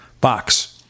box